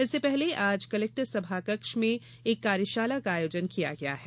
इससे पहले आज कलेक्टर सभाकक्ष में एक कार्यशाला का आयोजन किया गया है